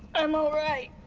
i'm alright.